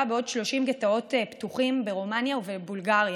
בעוד 30 גטאות פתוחים ברומניה ובבולגריה,